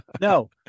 No